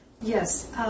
Yes